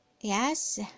Yes